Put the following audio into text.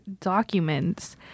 documents